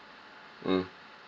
mm